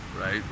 Right